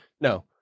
no